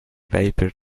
paper